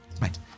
Right